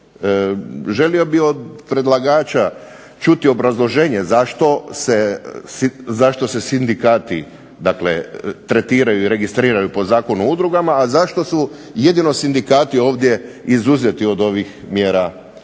Želio bih od predlagača čuti obrazloženje zašto se sindikati, dakle tretiraju registriraju po Zakonu o udrugama, a zašto su jedino sindikati ovdje izuzeti od ovih mjera